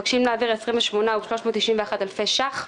אנחנו מבקשים להעביר 28,391,000 שקלים.